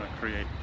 create